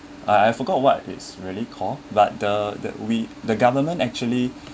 uh I forgot what is really call but the uh th~ we the government actually